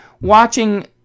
Watching